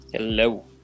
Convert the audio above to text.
Hello